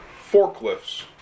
forklifts